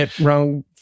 wrong